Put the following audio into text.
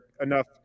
enough